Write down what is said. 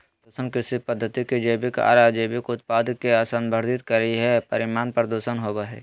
प्रदूषण कृषि पद्धति के जैविक आर अजैविक उत्पाद के संदर्भित करई हई, परिणाम प्रदूषण होवई हई